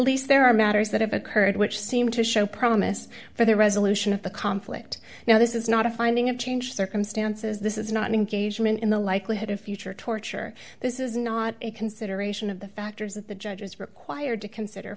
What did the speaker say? there are matters that have occurred which seem to show promise for the resolution of the conflict now this is not a finding of changed circumstances this is not engagement in the likelihood of future torture this is not a consideration of the factors that the judge is required to consider